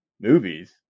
movies